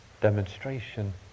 demonstration